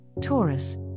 Taurus